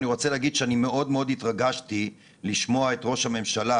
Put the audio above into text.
ולומר שמאוד מאוד התרגשתי לשמוע את ראש הממשלה